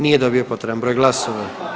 Nije dobio potreban broj glasova.